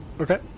Okay